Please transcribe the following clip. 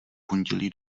pondělí